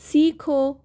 सीखो